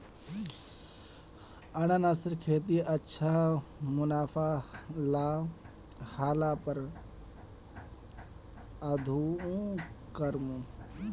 अनन्नासेर खेतीत अच्छा मुनाफा ह ल पर आघुओ करमु